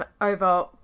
over